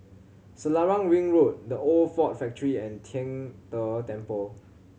Selarang Ring Road The Old Ford Factory and Tian De Temple